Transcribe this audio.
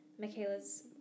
Michaela's